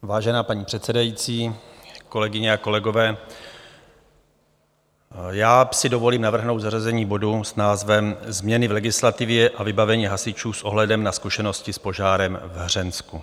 Vážená paní předsedající, kolegyně a kolegové, já si dovolím navrhnout zařazení bodu s názvem Změny v legislativě a vybavení hasičů s ohledem na zkušenosti s požárem v Hřensku.